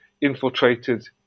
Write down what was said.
infiltrated